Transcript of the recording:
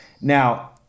Now